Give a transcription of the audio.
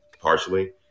partially